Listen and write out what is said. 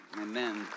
Amen